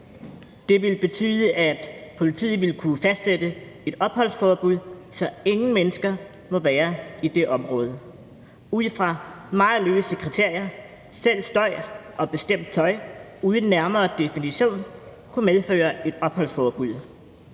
Det vil betyde, at politiet vil kunne fastsætte et opholdsforbud, så ingen mennesker må være i det område, ud fra meget løse kriterier. Selv støj og bestemt tøj uden nærmere definition vil kunne medføre et opholdsforbud